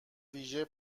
ویژهی